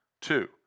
two